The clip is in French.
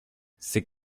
ses